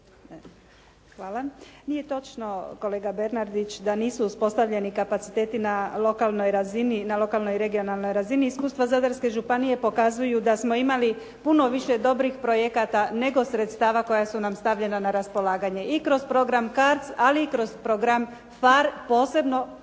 Hvala. Nije točno, kolega Bernardić, da nisu uspostavljeni kapaciteti na lokalnoj razini, na lokalnoj i regionalnoj razini. Iskustva Zadarske županije pokazuju da smo imali puno više dobrih projekata nego sredstava koja su nam stavljena na raspolaganje, i kroz program CARDS, ali i kroz PHARE, posebno